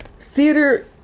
theater